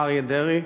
אריה דרעי,